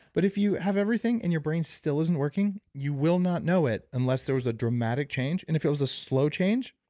but if you have everything and your brain still isn't working, you will not know it unless there is a dramatic change and if it was a slow change,